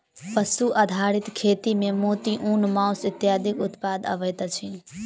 पशु आधारित खेती मे मोती, ऊन, मौस इत्यादिक उत्पादन अबैत अछि